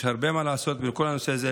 יש הרבה מה לעשות בכל הנושא הזה,